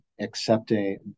accepting